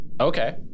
Okay